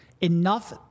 enough